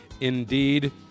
indeed